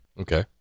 Okay